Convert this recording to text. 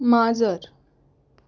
माजर